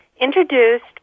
introduced